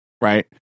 Right